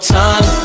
time